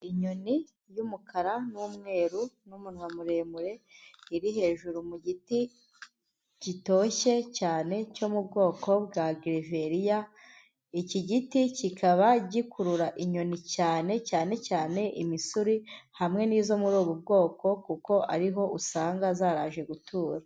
Inyoni y'umukara n'umweru n'umunwa muremure, iri hejuru mu giti gitoshye cyane cyo mu bwoko bwa gereveriya, iki giti kikaba gikurura inyoni cyane cyane cyane imisure hamwe n'izo muri ubu bwoko kuko ariho usanga zaraje gutura.